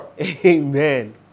Amen